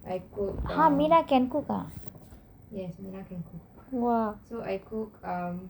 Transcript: I cook uh yes mina can cook so I cook um